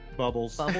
bubbles